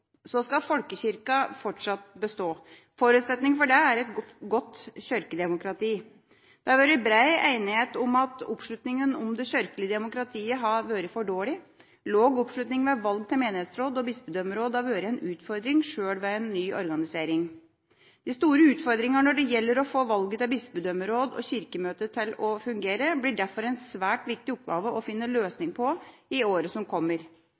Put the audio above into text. Så skal folkekirken fortsatt bestå. Forutsetningen for det er et godt kirkedemokrati. Det har vært bred enighet om at oppslutningen om det kirkelige demokratiet har vært for dårlig. Lav oppslutning ved valg til menighetsråd og bispedømmeråd har vært en utfordring, sjøl ved ny organisering. De store utfordringene når det gjelder å få valget til bispedømmeråd og Kirkemøtet til å fungere, blir derfor en svært viktig oppgave å finne løsning på i året som kommer.